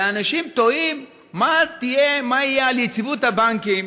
אנשים תוהים מה יהיה על יציבות הבנקים